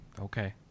Okay